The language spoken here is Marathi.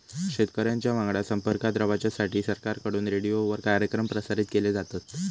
शेतकऱ्यांच्या वांगडा संपर्कात रवाच्यासाठी सरकारकडून रेडीओवर कार्यक्रम प्रसारित केले जातत